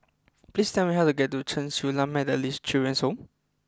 please tell me how to get to Chen Su Lan Methodist Children's Home